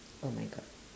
oh my god